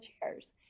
chairs